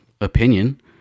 opinion